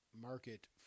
market